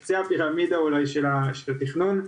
בקצה הפירמידה של התכנון,